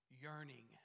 yearning